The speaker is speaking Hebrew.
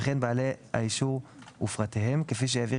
וכן בעלי האישור ופרטיהם כפי שהעביר